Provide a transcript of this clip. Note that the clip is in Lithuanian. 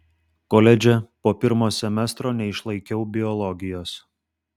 koledže po pirmo semestro neišlaikiau biologijos